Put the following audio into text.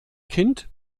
kind